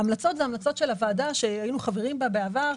ההמלצות והמלצות הוועדה בה היינו חברים בעבר,